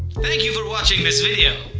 thank you for watching this video!